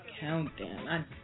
countdown